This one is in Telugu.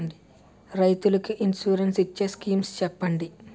రైతులు కి ఇన్సురెన్స్ ఇచ్చే స్కీమ్స్ చెప్పండి?